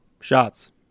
Shots